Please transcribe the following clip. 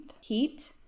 Heat